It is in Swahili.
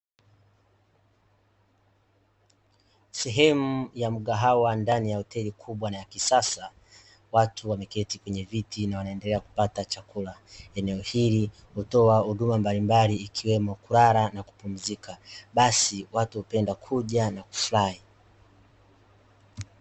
Sehemu ya mgahawa ndani ya hoteli kubwa na ya kisasa, watu wameketi kwenye viti na wanaendelea kupata chakula. Eneo hili hutoa huduma mbalimbali ikiwemo kulala na kupumzika, basi watu hupenda kuja na kufurahi.